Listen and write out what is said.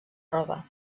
roba